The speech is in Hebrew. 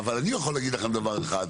אבל אני יכול להגיד לכם דבר אחד,